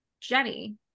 Jenny